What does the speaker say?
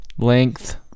Length